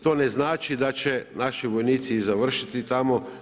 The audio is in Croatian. To ne znači da će naši vojnici i završiti tamo.